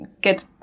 get